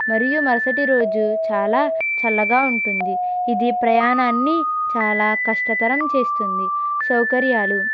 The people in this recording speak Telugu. మరియు మరసటి రోజు చాలా చల్లగా ఉంటుంది ఇది ప్రయాణాన్ని చాలా కష్టతరం చేస్తుంది సౌకర్యాలు